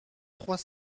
trois